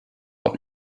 auch